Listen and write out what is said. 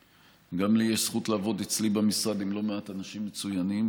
גם לי יש זכות לעבוד אצלי במשרד עם לא מעט אנשים מצוינים,